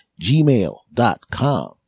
gmail.com